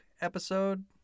episode